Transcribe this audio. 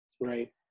right